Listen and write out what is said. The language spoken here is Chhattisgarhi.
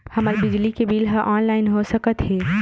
हमर बिजली के बिल ह ऑनलाइन हो सकत हे?